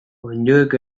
onddoek